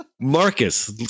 Marcus